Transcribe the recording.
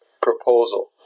proposal